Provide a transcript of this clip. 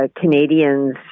Canadians